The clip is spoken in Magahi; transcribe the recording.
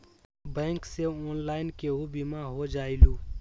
बैंक से ऑनलाइन केहु बिमा हो जाईलु?